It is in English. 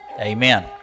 Amen